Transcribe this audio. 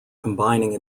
combining